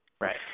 Right